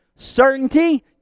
Certainty